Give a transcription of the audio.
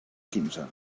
quinze